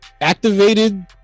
activated